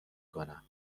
کنم